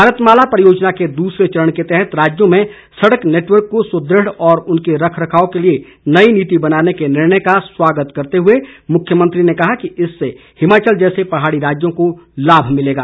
भारत माला परियोजना के दूसरे चरण के तहत राज्यों में सड़क नेटवर्क को सुदृढ और इनके रखरखाव के लिए नई नीति बनाने के निर्णय का स्वागत करते हुए मुख्यमंत्री ने कहा कि इससे हिमाचल जैसे पहाड़ी राज्यों को लाभ मिलेगा